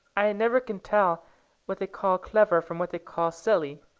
i never can tell what they call clever from what they call silly,